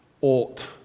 ought